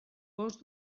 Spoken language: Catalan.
gos